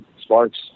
sparks